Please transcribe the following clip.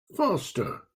faster